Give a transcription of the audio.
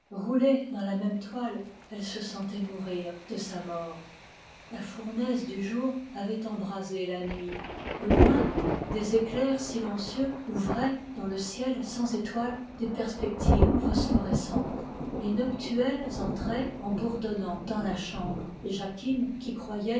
roulés dans la même toile elle se sentait mourir de sa mort la fournaise du jour avait embrasé la nuit au loin des éclairs silencieux ouvraient dans le ciel sans étoiles des perspectives phosphorescentes les noctuelles entraient en bourdonnant et jacquine qui croyait